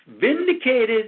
vindicated